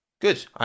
Good